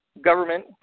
government